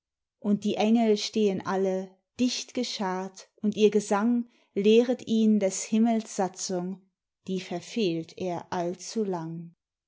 und die engel stehen alle dicht geschart und ihr gesang lehret ihn des himmels satzung die verfehlt er allzulang